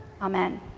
Amen